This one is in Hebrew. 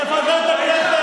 לפזר את הכנסת?